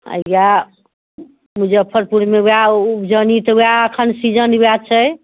ओएह मुजफ्फरपुरमे ओएह उपजनी तऽ ओएह अखन सीजन ओएह छै